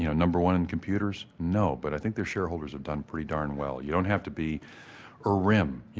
you know number one in computers? no, but i think their shareholders have done pretty darn well. you don't have to be a rim, you